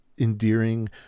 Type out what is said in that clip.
endearing